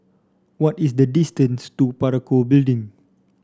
what is the distance to Parakou Building